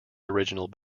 original